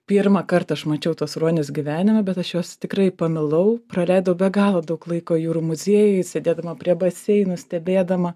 pirmą kartą aš mačiau tuos ruonius gyvenime bet aš juos tikrai pamilau praleidau be galo daug laiko jūrų muziejuj sėdėdama prie baseinų stebėdama